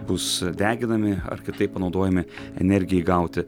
bus deginami ar kitaip panaudojami energijai gauti